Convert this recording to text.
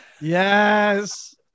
yes